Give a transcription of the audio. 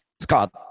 Scott